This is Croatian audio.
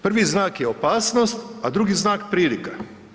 Prvi znak je opasnost, a drugi znak prilika.